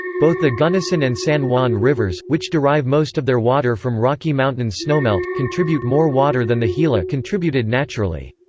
both the gunnison and san juan rivers, which derive most of their water from rocky mountains snowmelt, contribute more water than the gila contributed naturally.